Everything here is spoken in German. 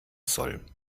soll